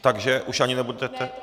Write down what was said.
Takže už ani nebudete...?